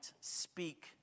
speak